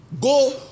go